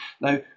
Now